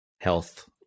health